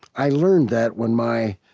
i learned that when my